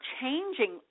changing